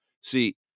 see